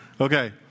Okay